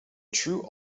true